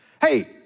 hey